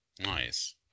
nice